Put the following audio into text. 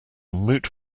moot